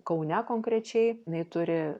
kaune konkrečiai jinai turi